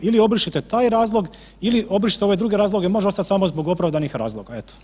Ili obrišite taj razlog ili obrišite ove druge razloge, može ostati samo zbog opravdanih razloga, eto.